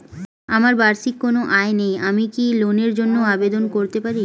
আমার বার্ষিক কোন আয় নেই আমি কি লোনের জন্য আবেদন করতে পারি?